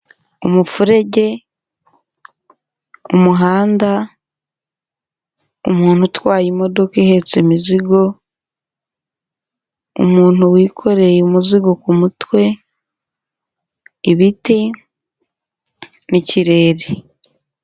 Umuferege, umuhanda, umuntu utwaye imodoka ihetse imizigo, umuntu wikoreye umuzigo ku mutwe, ibiti n'ikirere.